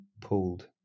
pulled